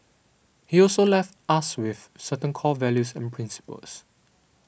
he also left us with certain core values and principles